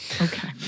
Okay